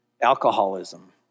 alcoholism